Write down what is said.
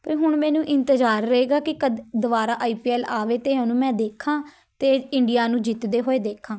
ਪਰ ਹੁਣ ਮੈਨੂੰ ਇੰਤਜ਼ਾਰ ਰਹੇਗਾ ਕਿ ਕਦ ਦੁਬਾਰਾ ਆਈ ਪੀ ਐੱਲ ਆਵੇ ਅਤੇ ਉਹਨੂੰ ਮੈਂ ਦੇਖਾਂ ਅਤੇ ਇੰਡੀਆ ਨੂੰ ਜਿੱਤਦੇ ਹੋਏ ਦੇਖਾਂ